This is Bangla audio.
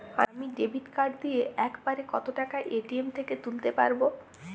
আমি ডেবিট কার্ড দিয়ে এক বারে কত টাকা এ.টি.এম থেকে তুলতে পারবো?